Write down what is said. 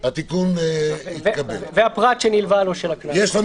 לא אושר.